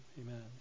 Amen